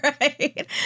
right